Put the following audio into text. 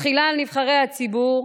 תחילה על נבחרי הציבור,